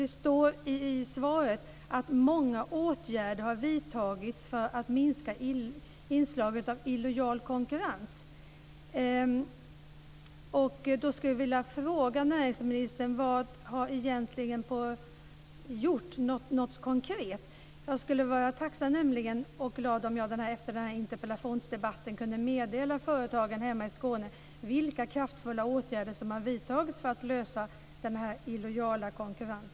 Det står i svaret att många åtgärder har vidtagits för att minska inslaget av illojal konkurrens. Då skulle jag vilja fråga näringsministern vad som egentligen gjorts konkret. Jag skulle vara tacksam och glad om jag efter interpellationsdebatten kunde meddela företagen hemma i Skåne vilka kraftfulla åtgärder som vidtagits för att lösa frågan om illojal konkurrens.